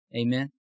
amen